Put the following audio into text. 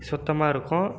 சுத்தமாக இருக்கும்